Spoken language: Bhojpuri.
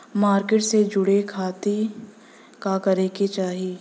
मार्केट से जुड़े खाती का करे के चाही?